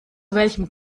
welchem